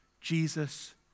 Jesus